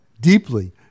deeply